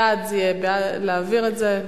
בעד זה יהיה להעביר את זה,